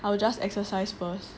I will just exercise first